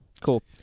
cool